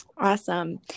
Awesome